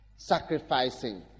sacrificing